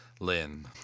Lynn